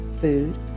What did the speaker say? food